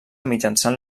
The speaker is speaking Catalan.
mitjançant